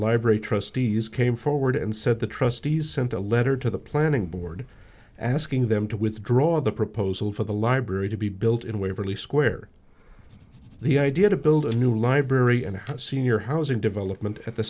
library trustees came forward and said the trustees sent a letter to the planning board asking them to withdraw the proposal for the library to be built in waverly square the idea to build a new library and a senior housing development at the